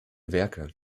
werke